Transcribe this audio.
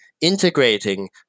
integrating